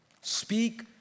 Speak